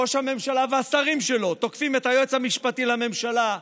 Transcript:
ראש הממשלה והשרים שלו תוקפים את היועץ המשפטי לממשלה,